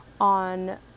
on